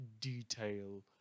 detail